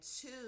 two